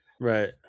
right